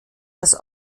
das